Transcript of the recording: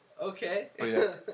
Okay